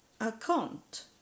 account